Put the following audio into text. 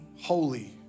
holy